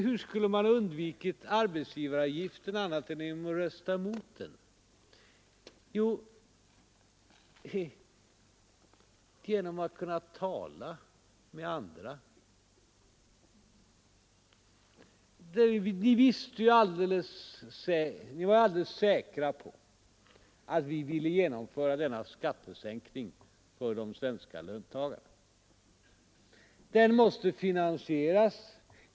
Hur skulle man ha undvikit arbetsgivaravgiften annat än genom att rösta emot den? Jo, genom att tala med andra. Ni var ju alldeles säkra på att vi ville genomföra denna skattesänkning för de svenska löntagarna, och den måste finansieras.